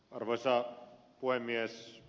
arvoisa puhemies